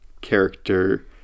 character